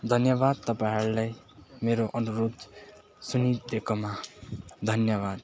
धन्यवाद तपाईँहरूलाई मेरो अनुरोध सुनिदिएकोमा धन्यवाद